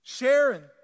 Sharon